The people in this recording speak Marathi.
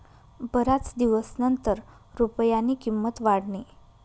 बराच दिवसनंतर रुपयानी किंमत वाढनी